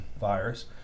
virus